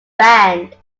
band